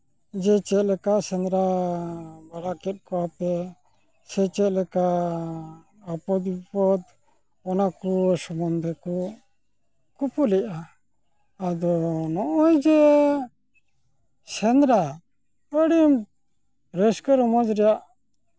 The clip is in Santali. ᱡᱮ ᱪᱮᱫ ᱞᱮᱠᱟ ᱥᱮᱸᱫᱽᱨᱟ ᱵᱟᱲᱟ ᱠᱮᱜ ᱠᱚᱣᱟ ᱯᱮ ᱥᱮ ᱪᱮᱫ ᱞᱮᱠᱟ ᱟᱯᱚᱫ ᱵᱤᱯᱚᱫ ᱚᱱᱟ ᱠᱚ ᱥᱚᱢᱚᱱᱫᱷᱮ ᱠᱚ ᱠᱩᱯᱩᱞᱤᱜᱼᱟ ᱟᱫᱚ ᱱᱚᱜᱼᱚᱸᱭ ᱡᱮ ᱥᱮᱸᱫᱽᱨᱟ ᱟᱹᱰᱤ ᱨᱟᱹᱥᱠᱟᱹ ᱨᱚᱢᱚᱡᱽ ᱨᱮᱭᱟᱜ